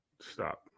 stop